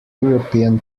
european